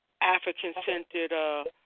African-centered